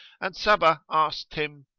and sabbah asked him,